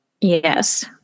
Yes